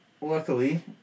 luckily